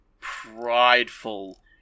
prideful